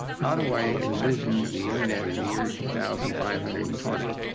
how do i envision the internet in the year two thousand five hundred and twenty?